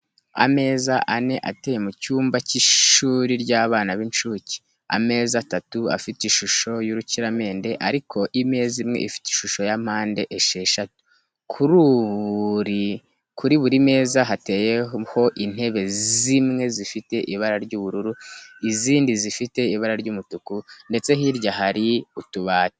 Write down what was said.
Ameza ane ateye mu cyumba cy'ishuri ry'abana b'incuke, ameza atatu afite ishusho y'urukiramende ariko imeza imwe ifite ishusho ya mpande esheshatu. Kuri buri meza hateyeho intebe zimwe zifite ibara ry'ubururu izindi zifite ibara ry'umutuku ndetse hirya hari utubati.